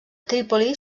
trípoli